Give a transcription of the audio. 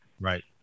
Right